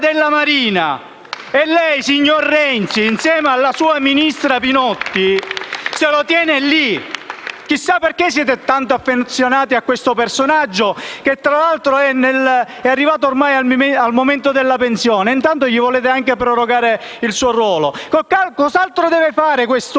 Gruppo M5S)*. E lei, signor Renzi, insieme alla sua ministra Pinotti, se lo tiene lì. Chissà perché siete tanto affezionati a questo personaggio che, tra l'altro, è arrivato anche all'età pensionabile e, anzi, gli volete anche prorogare il ruolo. Cos'altro deve fare quest'uomo